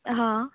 हां